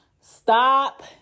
Stop